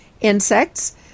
insects